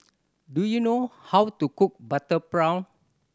do you know how to cook butter prawn